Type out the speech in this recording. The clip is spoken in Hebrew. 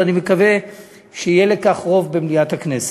ואני מקווה שיהיה לכך רוב במליאת הכנסת.